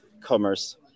commerce